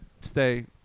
stay